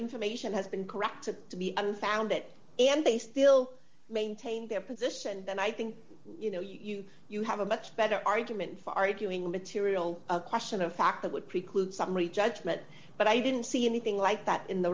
information has been corrected to be unfounded and they still maintain their position then i think you know you you have a much better argument for arguing material a question of fact that would preclude summary judgment but i didn't see anything like that in the